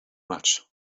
much